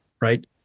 right